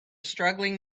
struggling